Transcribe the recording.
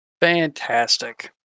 Fantastic